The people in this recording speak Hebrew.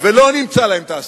ולא נמצאה להם תעסוקה,